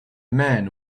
man